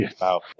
Wow